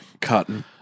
Cotton